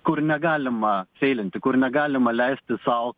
kur negalima feilinti kur negalima leisti sau